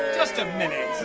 just a minute!